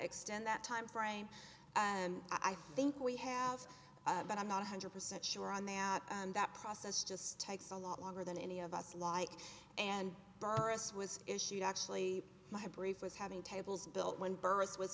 extend that timeframe and i think we have but i'm not a hundred percent sure on that and that process just takes a lot longer than any of us like and burris was issued actually my brief was having tables built when b